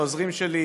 לעוזרים שלי,